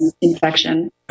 infection